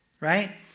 Right